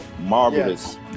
marvelous